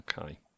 Okay